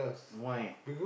why